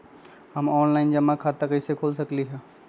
हम ऑनलाइन जमा खाता कईसे खोल सकली ह?